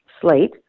slate